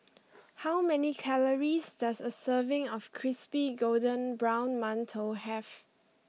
how many calories does a serving of Crispy Golden Brown Mantou have